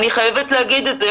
אני חייבת להגיד את זה.